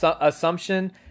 assumption